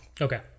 Okay